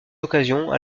occasions